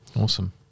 Awesome